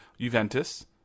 Juventus